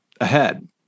ahead